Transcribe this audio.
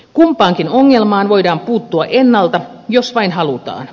kumpaankin ongelmaan voidaan puuttua ennalta jos vain halutaan